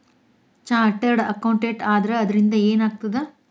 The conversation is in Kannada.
ಚಾರ್ಟರ್ಡ್ ಅಕೌಂಟೆಂಟ್ ಆದ್ರ ಅದರಿಂದಾ ಏನ್ ಆಗ್ತದ?